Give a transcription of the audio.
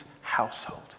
household